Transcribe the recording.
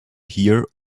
hear